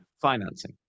financing